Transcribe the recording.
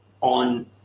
on